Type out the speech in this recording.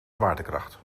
zwaartekracht